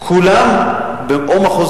שישה בעד, שמונה נגד.